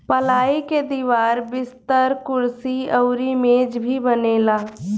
पलाई के दीवार, बिस्तर, कुर्सी अउरी मेज भी बनेला